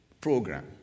program